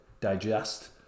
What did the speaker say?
digest